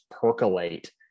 percolate